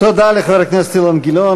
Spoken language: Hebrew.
תודה לחבר הכנסת אילן גילאון.